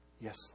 Yes